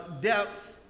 depth